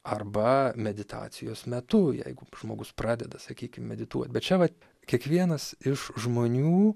arba meditacijos metu jeigu žmogus pradeda sakykim medituot bet čia vat kiekvienas iš žmonių